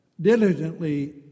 diligently